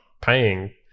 paying